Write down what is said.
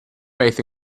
faith